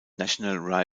national